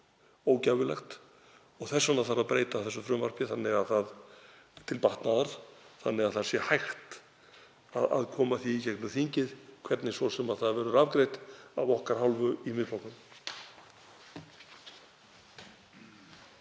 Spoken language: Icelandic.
og þess vegna þarf að breyta frumvarpinu til batnaðar þannig að hægt sé að koma því í gegnum þingið hvernig svo sem það verður afgreitt af okkar hálfu í Miðflokknum.